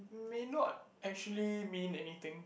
may not actually mean anything